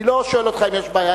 אני לא שואל אותך אם יש בעיה,